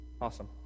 Awesome